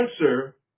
answer